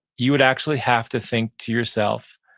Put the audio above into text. you would actually have to think to yourself,